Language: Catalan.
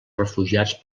refugiats